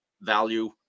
value